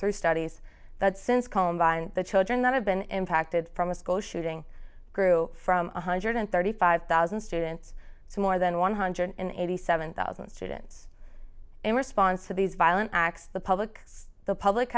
through studies that since columbine the children that have been impacted from a school shooting grew from one hundred thirty five thousand students to more than one hundred eighty seven thousand students in response to these violent acts the public the public